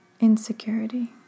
insecurity